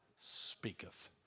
speaketh